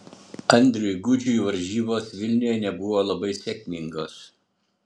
andriui gudžiui varžybos vilniuje nebuvo labai sėkmingos